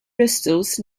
bristles